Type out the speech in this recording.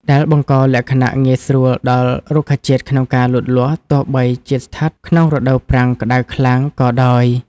ដែលបង្កលក្ខណៈងាយស្រួលដល់រុក្ខជាតិក្នុងការលូតលាស់ទោះបីជាស្ថិតក្នុងរដូវប្រាំងក្ដៅខ្លាំងក៏ដោយ។